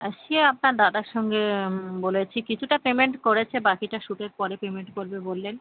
আর সে আপনার দাদার সঙ্গে বলেছি কিছুটা পেমেন্ট করেছে বাকিটা শ্যুটের পর পেমেন্ট করবে বললেন